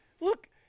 Look